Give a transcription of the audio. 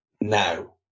now